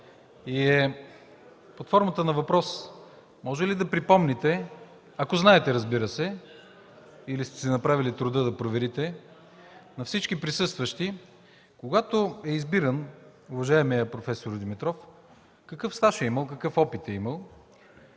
и е под формата на въпрос. Може ли да припомните, ако знаете, разбира се, или сте си направили труда да проверите, на всички присъстващи, когато е избиран уважаемият проф. Димитров какъв стаж и опит е имал